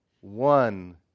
one